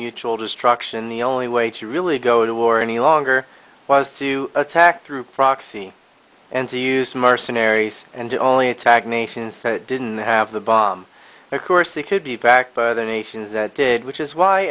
mutual destruction the only way to really go to war any longer was to attack through proxy and to use mercenaries and the only attack nations that didn't have the bomb of course they could be backed by the nations that did which is why